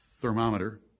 thermometer